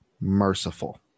Merciful